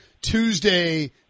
Tuesday